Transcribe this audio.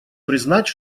признать